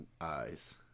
eyes